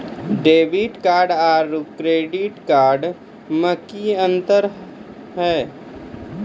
Debit card और credit card मे कि अंतर या?